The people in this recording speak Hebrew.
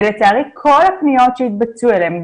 לצערי כל הפניות שהתבצעו אליהם,